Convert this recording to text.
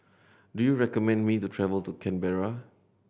do you recommend me the travel to Canberra